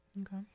Okay